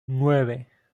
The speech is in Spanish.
nueve